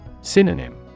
Synonym